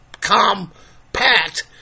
compact